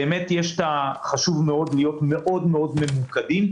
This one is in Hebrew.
חשוב מאוד להיות מאוד מאוד ממוקדים.